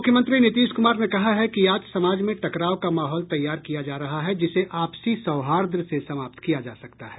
मुख्यमंत्री नीतीश कुमार ने कहा है कि आज समाज में टकराव का माहौल तैयार किया जा रहा है जिसे आपसी सौहार्द से समाप्त किया जा सकता है